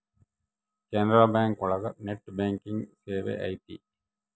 Canara bank ಒಳಗ net banking ಸೇವೆ ಐತಿ